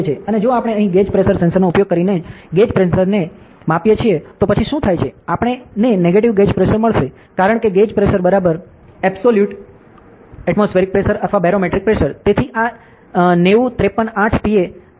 અને જો આપણે અહીં ગેજ પ્રેશર સેન્સરનો ઉપયોગ કરીને ગેજ પ્રેશરને માપીએ છીએ તો પછી શું થાય છે આપણ ને નેગેટીવ ગેજ પ્રેશર મળશે કારણ કે gauge pressure absolute pressure atmospheric pressure અથવા બેરોમેટ્રિક પ્રેશર